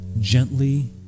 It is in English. gently